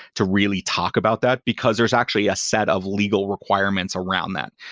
to really talk about that, because there's actually a set of legal requirements around that.